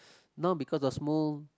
now because of Smoo